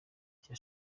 cya